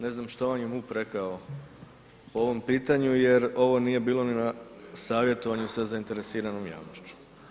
Ne znam što vam je MUP rekao o ovom pitanju jer ovo nije bilo ni na savjetovanju sa zainteresiranom javnošću.